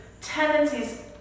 tendencies